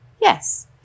yes